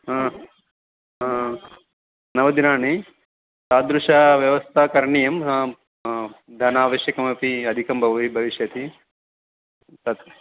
हा हा नवदिनानि तादृशव्यवस्था करणीयं हाम् आं धनमावश्यकमपि अधिकं बवि भविष्यति तत्